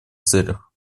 целях